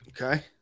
Okay